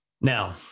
Now